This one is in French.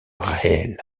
réel